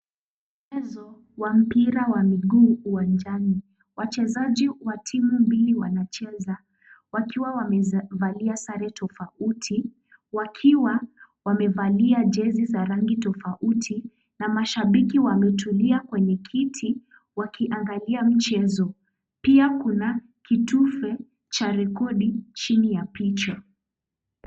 Mchezo wa mpira wa mguu uwanjani. Wachezaji wa timu mbili wanacheza wakiwa wamevalia sare tofauti wakiwa wamevalia jezi za rangi tofauti na mashabiki wametulia kwenye kiti wakiangalia mchezo. Pia kuna kitufe cha rekodi chini ya picha